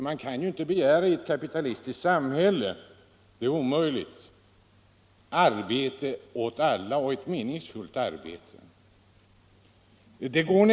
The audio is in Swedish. Man kan inte i ett kapitalistiskt samhälle genomföra ett meningsfullt arbete åt alla.